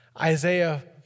Isaiah